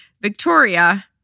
Victoria